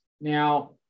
now